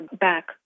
back